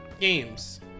Games